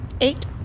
Eight